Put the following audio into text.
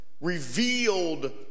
revealed